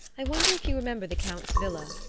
i wonder if you remember the count's villa?